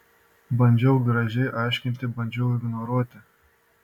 bandžiau gražiai aiškinti bandžiau ignoruoti